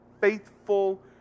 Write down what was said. faithful